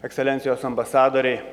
ekscelencijos ambasadoriai